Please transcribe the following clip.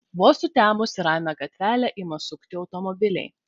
vos sutemus į ramią gatvelę ima sukti automobiliai